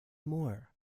more